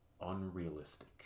unrealistic